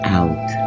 out